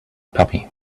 puppy